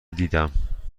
دیدم